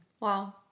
Wow